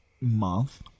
month